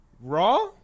Raw